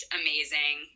amazing